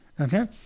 Okay